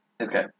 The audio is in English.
Okay